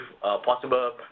possible